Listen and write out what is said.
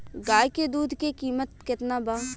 गाय के दूध के कीमत केतना बा?